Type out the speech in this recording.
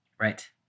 right